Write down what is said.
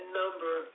number